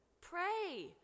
Pray